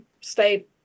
stay